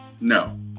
No